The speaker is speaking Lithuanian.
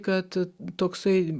kad toksai